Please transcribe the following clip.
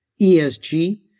ESG